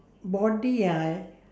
body ah